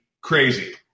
crazy